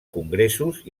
congressos